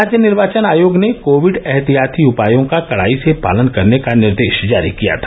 राज्य निर्वाचन आयोग ने कोविड एहतियाती उपायों का कड़ाई से पालन करने का निर्देश जारी किया था